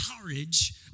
courage